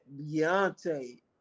Beyonce